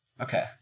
Okay